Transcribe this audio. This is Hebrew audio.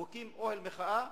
הוא הקים אוהל מחאה.